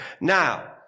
now